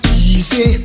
easy